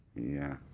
yeah.